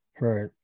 right